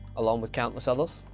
along with countless others,